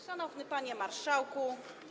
Szanowny Panie Marszałku!